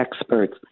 experts